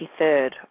23rd